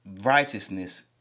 righteousness